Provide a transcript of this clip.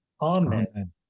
Amen